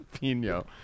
Pino